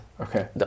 Okay